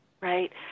right